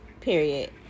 period